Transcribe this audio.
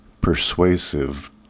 persuasive